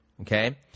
Okay